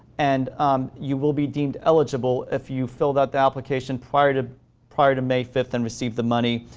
and um you will be deemed eligible if you filled out the application prior to prior to may fifth and received the money.